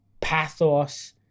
pathos